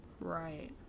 Right